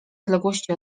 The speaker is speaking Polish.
odległości